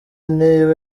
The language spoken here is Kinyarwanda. niba